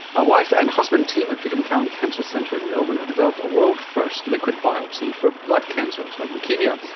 a wife and husband team at peter maccallum cancer centre in melbourne have developed a world first liquid biopsy for blood cancers like leukaemia,